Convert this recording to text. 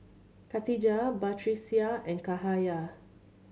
Khatijah Batrisya and Cahaya